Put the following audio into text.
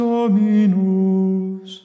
Dominus